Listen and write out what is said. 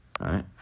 right